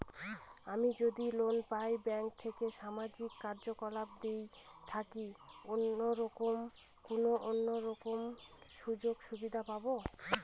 আমি যদি লোন পাই ব্যাংক থেকে সামাজিক কার্যকলাপ দিক থেকে কোনো অন্য রকম সুযোগ সুবিধা পাবো?